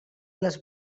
les